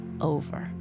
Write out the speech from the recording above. over